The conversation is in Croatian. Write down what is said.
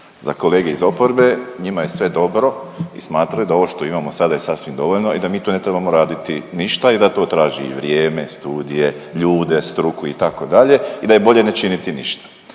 Za kolege iz oporbe, njima je sve dobro i smatraju da ovo što imamo sada je sasvim dovoljno i da mi tu ne trebamo raditi ništa i da to traži vrijeme, studije, ljude, struku, itd. i da je bolje ne činiti ništa.